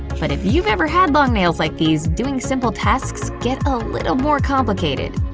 but if you've ever had long nails like these, doing simple tasks get a little more complicated.